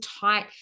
tight